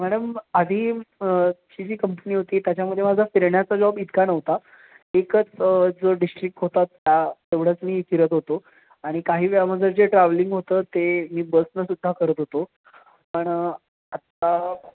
madam आधी ची जी कंपनी होती त्याच्यामध्ये माझा फिरण्याचा जॉब इतका नव्हता एकच जो डिस्ट्रिक्ट होता त्या तेवढंच मी फिरत होतो आणि काही वेळा माझं जे ट्रॅव्हलिंग होतं ते मी बसणं सुद्धा करत होतो पण आत्ता